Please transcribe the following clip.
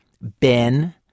Ben